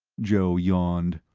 joe yawned.